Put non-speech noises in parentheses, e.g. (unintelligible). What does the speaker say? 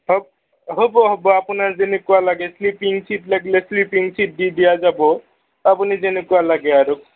(unintelligible) হ'ব হ'ব আপোনাৰ যেনেকুৱা লাগে শ্লিপিং চিট লাগিলে শ্লিপিং চিট দি দিয়া যাব আপুনি যেনেকুৱা লাগে আৰু